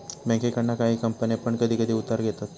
बँकेकडना काही कंपने पण कधी कधी उधार घेतत